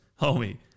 Homie